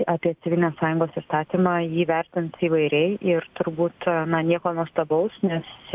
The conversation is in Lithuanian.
apie civilinės sąjungos įstatymą jį vertins įvairiai ir turbūt na nieko nuostabaus nes